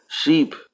Sheep